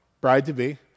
bride-to-be